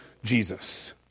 Jesus